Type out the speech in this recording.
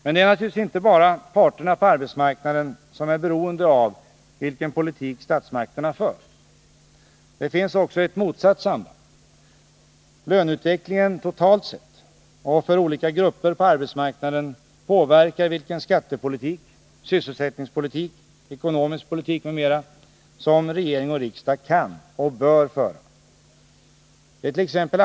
Men det är naturligtvis inte bara parterna på arbetsmarknaden som är beroende av vilken politik statsmakterna för. Det finns också ett motsatt samband. Löneutvecklingen totalt sett och för olika grupper på arbetsmarknaden påverkar vilken skattepolitik, sysselsättningspolitik, ekonomisk politik m.m. som regering och riksdag bör föra. Det ärt.ex.